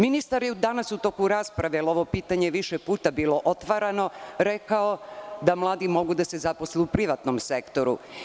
Ministar je danas u toku rasprave, jer ovo pitanje je više puta bilo otvarano, rekao da mladi mogu da se zaposle u privatnom sektoru.